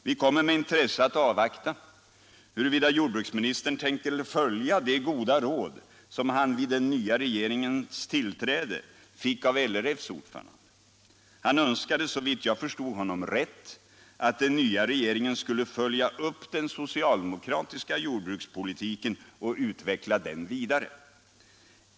Vi kommer med intresse att avvakta och se om jordbruksministern tänker följa de goda råd som han vid den nya regeringens tillträde fick av LRF:s ordförande, som önskade, såvitt jag förstod honom rätt, att den nya regeringen skulle följa upp den socialdemokratiska jordbrukspolitiken och utveckla den vidare.